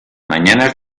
mañanas